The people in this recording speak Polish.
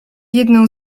jedną